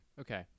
Okay